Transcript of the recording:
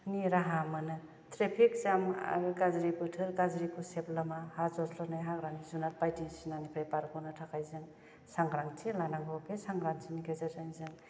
नि राहा मोनो ट्रेफिक जाम आरो गाज्रि बोथोर गाज्रि गुसेब लामा हा जस्ल'नाय हाग्रानि जुनार बायदिसिनानिफ्राय बारग'नो थाखाय जों सांग्रांथि लानांगौ बे सांग्रांथिनि गेजेरजों जों